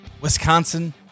Wisconsin